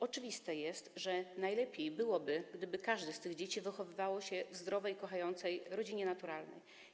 Oczywiste jest, że najlepiej by było, gdyby każde z tych dzieci wychowywało się w zdrowej i kochającej rodzinie naturalnej.